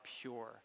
pure